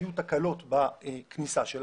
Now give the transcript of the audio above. היו תקלות בכניסה שלה.